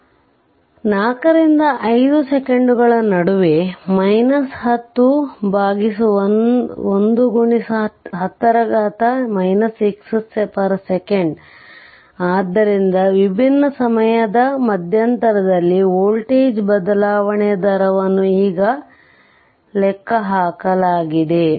4 ರಿಂದ 5 ಸೆಕೆಂಡುಗಳ ನಡುವೆ 10 1 x 10 6 ಸೆಕೆಂಡ್ ಆದ್ದರಿಂದವಿಭಿನ್ನ ಸಮಯದ ಮಧ್ಯಂತರದಲ್ಲಿ ವೋಲ್ಟೇಜ್ ಬದಲಾವಣೆಯ ದರವನ್ನು ಈಗ ಲೆಕ್ಕಹಾಕಲಾಗಿದೆ